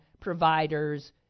providers